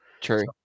True